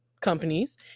companies